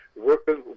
working